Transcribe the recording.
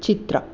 चित्रा